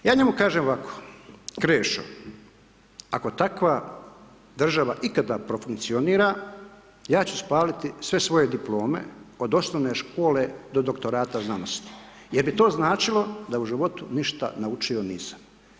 Ja njemu kažem ovako, Krešo, ako takva država ikada profunkcionira, ja ću spaliti sve svoje diplome, od osnovne škole do doktorata znanosti jer bi to značilo da u životu ništa naučio nisam.